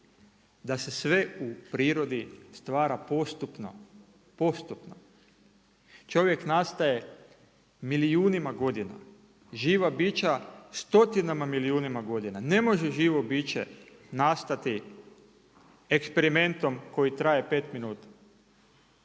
da se sve u prirodi stvara postupno. Čovjek nastaje milijunima godina. Živa bića stotinama milijunima godina. Ne može živo biće nastati eksperimentom koji traje pet minuta.